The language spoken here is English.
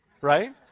right